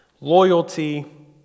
loyalty